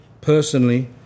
personally